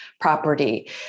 property